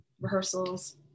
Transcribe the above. rehearsals